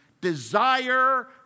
desire